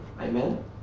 Amen